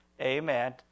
Amen